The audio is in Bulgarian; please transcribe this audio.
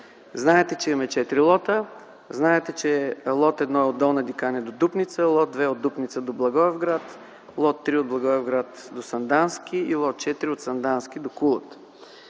Знаете, че има четири лота, знаете, че лот 1 е от Долна Диканя до Дупница, лот 2 е от Дупница до Благоевград, лот 3 е от Благоевград до Сандански и лот 4 – от Сандански до Кулата.